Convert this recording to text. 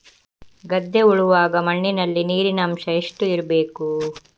ಗದ್ದೆ ಉಳುವಾಗ ಮಣ್ಣಿನಲ್ಲಿ ನೀರಿನ ಅಂಶ ಎಷ್ಟು ಇರಬೇಕು?